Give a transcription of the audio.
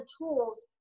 tools